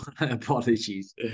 apologies